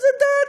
זו דת.